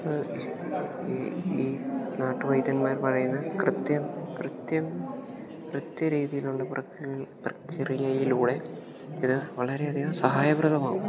ഈ ഈ നാട്ടു വൈദ്യന്മാർ പറയുന്ന കൃത്യം കൃത്യം കൃത്യ രീതിയിലുള്ള പ്രക്രിയ പ്രക്രിയയിലൂടെ ഇത് വളരെ അധികം സഹായപ്രദമാവും